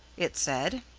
it said.